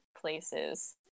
places